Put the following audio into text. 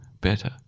better